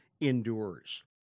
endures